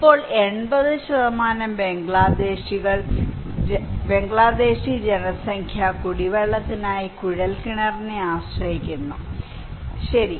ഇപ്പോൾ 80 ബംഗ്ലാദേശി ജനസംഖ്യ കുടിവെള്ളത്തിനായി കുഴൽക്കിണറിനെ ആശ്രയിക്കുന്നു ശരി